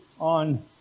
on